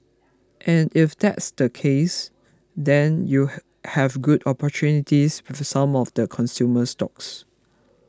and if that's the case then you have good opportunities with some of the consumer stocks